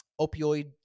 opioid